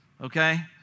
Okay